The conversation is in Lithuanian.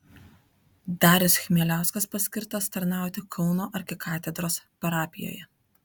darius chmieliauskas paskirtas tarnauti kauno arkikatedros parapijoje